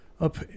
up